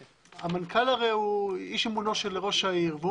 המנכ"ל הרי הוא איש אמונו של ראש העיר.